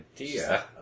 idea